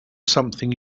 something